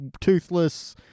toothless